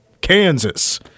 Kansas